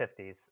50s